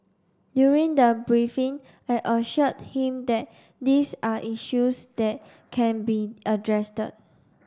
during the briefing I assured him that these are issues that can be